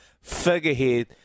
figurehead